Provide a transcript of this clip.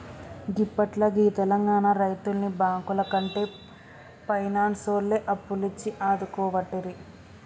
గిప్పట్ల గీ తెలంగాణ రైతుల్ని బాంకులకంటే పైనాన్సోల్లే అప్పులిచ్చి ఆదుకోవట్టిరి